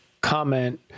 comment